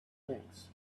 things